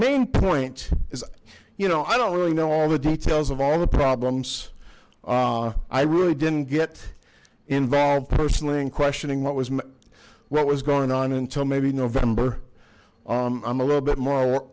main point is you know i don't really know all the details of all the problems i really didn't get involved personally in questioning what was my what was going on until maybe november i'm a little bit more